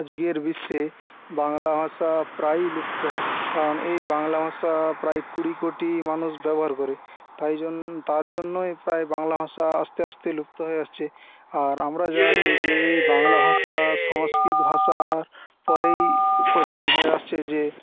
আজকের বিশ্বে বাংলা ভাষা প্রায় লুপ্ত কারণ এই বাংলা ভাষা প্রায় কুড়ি কোটি মানুষ ব্যবহার করে তাই তার জন্যই প্রায় বাংলা ভাষা আস্তে আস্তে লুপ্ত হয়ে আসছে আর আমরা জানি যে এই বাংলা ভাষা সংস্কৃত ভাষা পরেই প্রচলন হয়ে আসছে যে